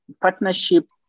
Partnership